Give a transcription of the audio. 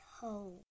home